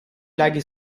laghi